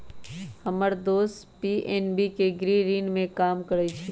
हम्मर दोस पी.एन.बी के गृह ऋण में काम करइ छई